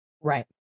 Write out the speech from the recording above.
Right